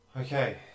Okay